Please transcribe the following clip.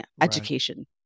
education